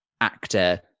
actor